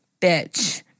bitch